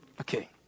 Okay